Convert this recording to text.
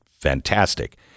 fantastic